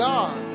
God